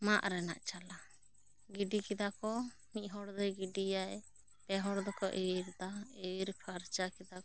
ᱢᱟᱜ ᱨᱮᱱᱟᱜ ᱪᱟᱞᱟ ᱜᱤᱰᱤ ᱠᱮᱫᱟ ᱠᱚ ᱢᱤᱫ ᱦᱚᱲ ᱫᱚᱭ ᱜᱤᱰᱤᱭᱟᱭ ᱯᱮ ᱦᱚᱲ ᱫᱚ ᱠᱚ ᱤᱨ ᱫᱟ ᱤᱣᱤᱨ ᱯᱷᱟᱨᱪᱟ ᱠᱮᱫᱟ ᱠᱚ